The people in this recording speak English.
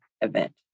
event